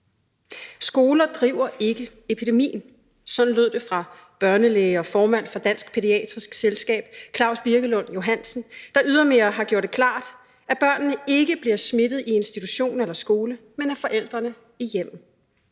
Skoler driver ikke epidemien. Sådan lød det fra børnelæge og formand for Dansk Pædiatrisk Selskab Klaus Birkelund Johansen, der ydermere har gjort det klart, at børnene ikke bliver smittet i institutionerne eller skolerne, men af forældrene i hjemmet.